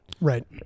Right